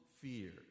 fear